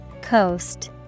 Coast